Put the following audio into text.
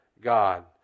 God